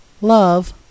love